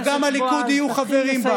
וגם הליכוד יהיו חברים בה.